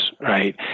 right